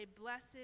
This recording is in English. blessed